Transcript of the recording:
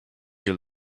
you